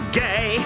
gay